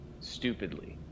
stupidly